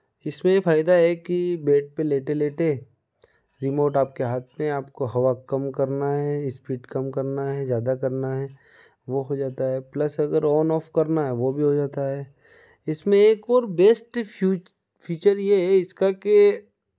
इसमें यह फायदा है कि बैड पर लेटे लेटे रिमोट आपके हाथ में है आपको हवा कम करना है स्पीड कम करना है ज़्यादा करना है वह हो जाता है प्लस अगर ऑन ऑफ़ करना है वह भी हो जाता है इसमें एक और बेस्ट फीचर यह है इसका के